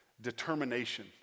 determination